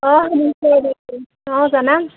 অঁ অঁ জনাম